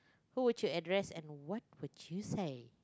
who would you address and what would you say